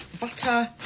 butter